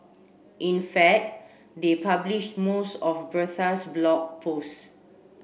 in fact they published most of Bertha's Blog Posts